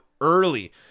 early